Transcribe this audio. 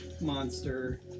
monster